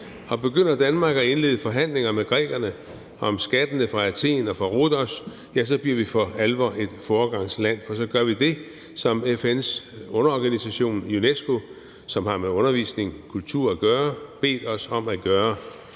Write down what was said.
og begynder Danmark at indlede forhandlinger med grækerne om skattene fra Athen og fra Rhodos, bliver vi for alvor et foregangsland, for så gør vi det, som FN's underorganisation UNESCO, som har med undervisning og kultur at gøre, har bedt os om at gøre.